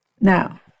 Now